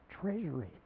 treasury